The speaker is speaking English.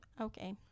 Okay